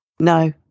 No